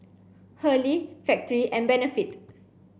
Hurley Factorie and Benefit